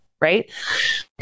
right